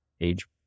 age